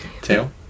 tail